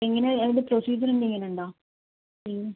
എങ്ങനെ ഇത് പ്രൊസീജിയർ എന്തെങ്കിലും ഉണ്ടോ